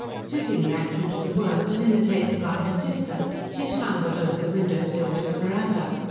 suiting the action to the word, and imitated by her sister, she scrambled over the window sill to the verandah.